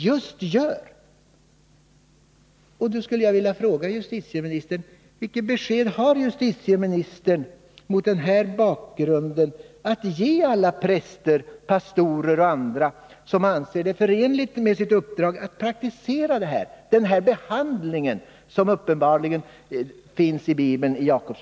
Därför vill jag fråga justitieministern: Vilket besked har justitieministern att mot denna bakgrund ge alla präster, pastorer och andra som anser det förenligt med sitt uppdrag att praktisera den behandling som uppenbarligen finns beskriven i Bibeln?